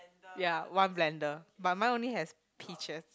ya one blender but mine only has peaches